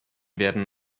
werden